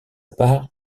part